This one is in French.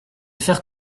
faire